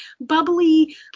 bubbly